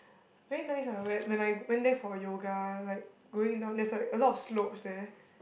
very nice ah when when I went there for yoga like going down there's like a lot of slopes there